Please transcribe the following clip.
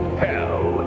hell